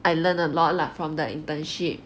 I learn a lot lah from the internship